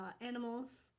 animals